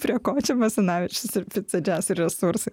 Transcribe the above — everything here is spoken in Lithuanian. prie ko čia basanavičius ir pica džiaz resursai